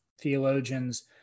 theologians